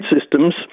systems